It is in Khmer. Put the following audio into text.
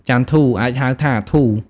ចន្ទធូ” អាចហៅថា “ធូ”។